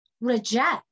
reject